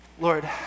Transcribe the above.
Lord